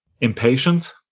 impatient